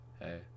Hey